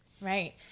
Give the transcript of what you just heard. right